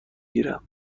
گیرم